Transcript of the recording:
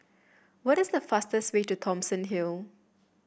what is the fastest way to Thomson Hill